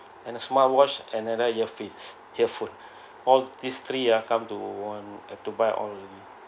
and smart watch and another earpiece earphone all these three ah come to one have to buy all